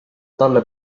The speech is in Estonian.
talle